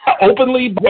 Openly